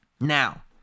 Now